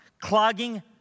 clogging